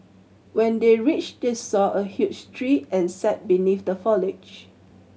when they reached they saw a huge tree and sat beneath the foliage